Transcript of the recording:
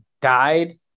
died